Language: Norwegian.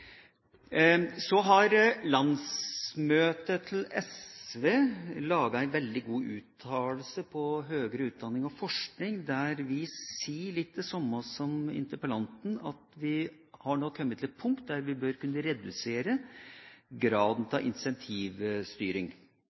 Landsmøtet til SV har laget en veldig god uttalelse om høyere utdanning og forskning, der vi sier litt det samme som interpellanten, at vi nå har kommet til et punkt der vi bør kunne redusere